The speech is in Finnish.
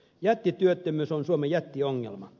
jättityöttömyys on suomen jättiongelma